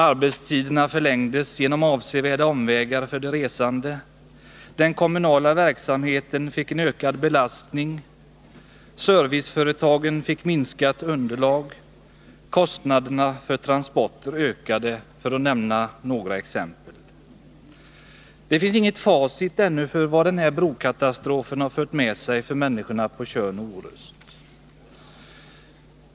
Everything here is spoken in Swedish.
Arbetstiderna förlängdes genom avsevärda omvägar för de resande, den kommunala verksamheten fick en ökad belastning, serviceföretagen fick minskat underlag och kostnaderna för transporter ökade — för att nämna några exempel. Det finns ännu inget facit för vad den här brokatastrofen fört med sig för människorna på Tjörn och Orust.